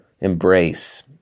embrace